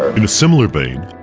in a similar vein,